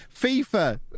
FIFA